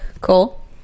Cool